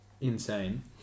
insane